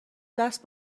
دست